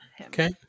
okay